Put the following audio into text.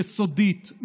יסודית,